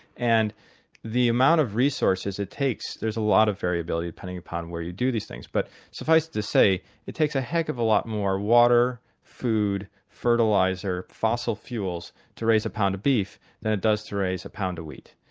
and the amount of resources it takes there's a lot of variability depending upon where you do these things but suffice to say it takes a heck of a lot more water, food, fertiliser, fossil fuels to raise a pound of beef than it does to raise a pound of wheat.